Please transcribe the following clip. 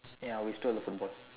ya we stole a football